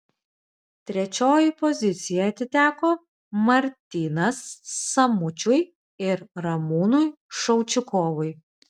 trečioji pozicija atiteko martynas samuičiui ir ramūnui šaučikovui